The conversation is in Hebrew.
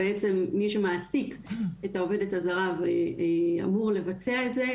מי שבעצם מעסיק את העובדת הזרה ואמור לבצע את זה,